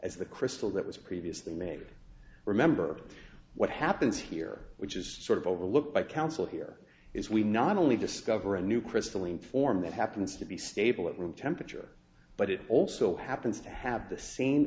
as the crystal that was previously made remember what happens here which is sort of overlooked by council here is we not only discover a new crystalline form that happens to be stable at room temperature but it also happens to have the same